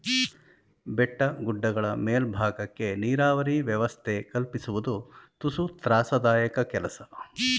ಬೆಟ್ಟ ಗುಡ್ಡಗಳ ಮೇಲ್ಬಾಗಕ್ಕೆ ನೀರಾವರಿ ವ್ಯವಸ್ಥೆ ಕಲ್ಪಿಸುವುದು ತುಸು ತ್ರಾಸದಾಯಕ ಕೆಲಸ